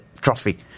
trophy